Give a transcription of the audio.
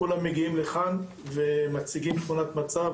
כולם מגיעים לכאן ומציגים תמונת מצב,